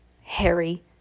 Harry